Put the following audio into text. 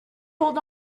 hold